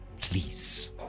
Please